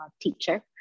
teacher